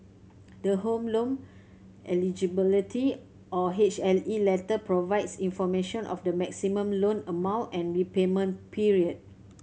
the Home Loan Eligibility or H L E letter provides information of the maximum loan amount and repayment period